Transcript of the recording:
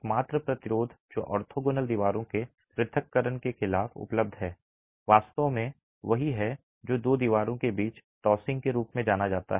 एकमात्र प्रतिरोध जो ऑर्थोगोनल दीवारों के पृथक्करण के खिलाफ उपलब्ध है वास्तव में वही है जो दो दीवारों के बीच टॉसिंग के रूप में जाना जाता है